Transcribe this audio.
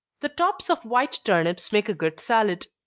the tops of white turnips make a good salad.